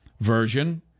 version